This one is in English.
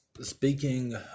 speaking